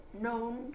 known